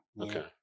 Okay